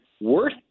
worth